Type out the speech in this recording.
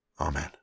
Amen